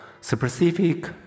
specific